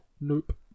nope